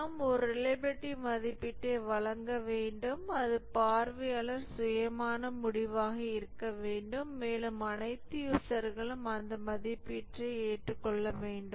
நாம் ஒரு ரிலையபிலிடி மதிப்பீட்டை வழங்க வேண்டும் அது பார்வையாளர் சுயமான முடிவாக இருக்க வேண்டும் மேலும் அனைத்து யூசர்களும் அந்த மதிப்பீட்டை ஏற்றுக்கொள்ள வேண்டும்